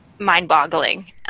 mind-boggling